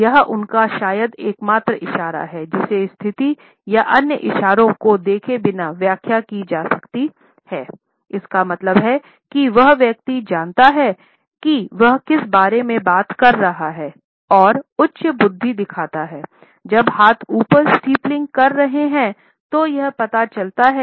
यह उनका शायद एकमात्र इशारा है जिसे स्थिति या अन्य इशारों को देखे बिना व्याख्या की जा सकती है इसका मतलब है कि वह व्यक्ति जानता है कि वह किस बारे में बात कर रहा है और यह उच्च बुद्धि दिखाता है